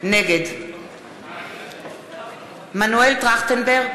נגד מנואל טרכטנברג,